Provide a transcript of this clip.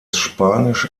spanisch